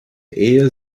ehe